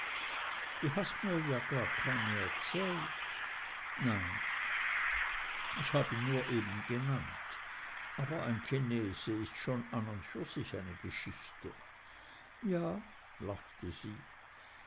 du hast mir ja gar keine erzählt nein ich hab ihn nur eben genannt aber ein chinese ist schon an und für sich eine geschichte ja lachte sie